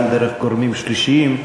גם דרך גורמים שלישיים,